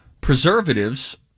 Preservatives